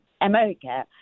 America